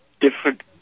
different